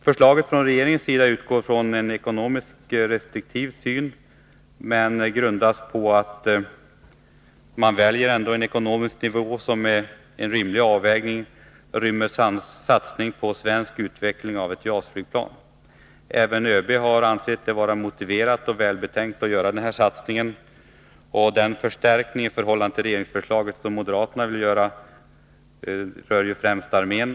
Förslaget från regeringens sida utgår från en ekonomiskt restriktiv syn, men det grundas på att man ändå väljer en ekonomisk nivå som utgör en rimlig avvägning och rymmer en svensk satsning på utveckling av ett JAS-flygplan. Även ÖB har ansett det vara motiverat och välbetänkt att göra den här satsningen. Den förstärkning i förhållande till regeringsförslaget som moderaterna vill göra berör främst armén.